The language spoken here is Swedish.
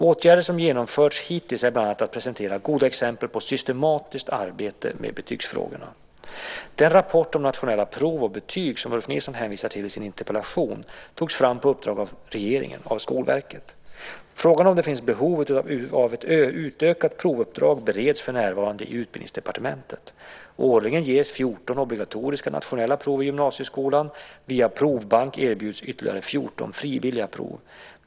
Åtgärder som genomförts hittills är bland annat att presentera goda exempel på systematiskt arbete med betygsfrågorna. Den rapport om nationella prov och betyg som Ulf Nilsson hänvisar till i sin interpellation togs fram på uppdrag av regeringen av Skolverket. Frågan om ifall det finns behov av ett utökat provuppdrag bereds för närvarande i Utbildningsdepartementet. Årligen ges 14 obligatoriska nationella prov i gymnasieskolan. Via provbank erbjuds ytterligare 14 frivilliga prov.